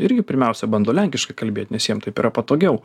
irgi pirmiausia bando lenkiškai kalbėt nes jiem taip yra patogiau